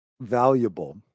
valuable